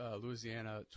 Louisiana